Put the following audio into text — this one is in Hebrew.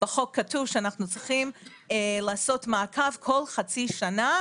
מקבלים שנתיים ואם הוא זקוק לחונכות לעוד שנתיים,